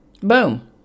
Boom